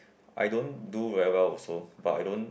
I don't do very well also but I don't